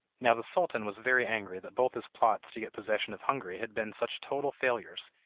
now the sultan was very angry that both his plots to get possession of hungary had been such total failures,